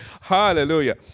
Hallelujah